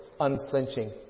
unflinching